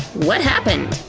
what happened?